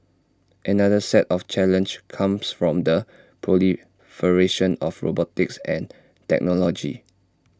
another set of challenge comes from the proliferation of robotics and technology